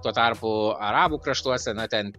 tuo tarpu arabų kraštuose na ten